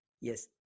Yes